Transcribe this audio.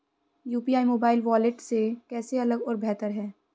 UPI mobile wallet से कैसे अलग और बेहतर है?